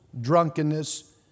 drunkenness